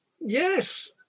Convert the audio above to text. Yes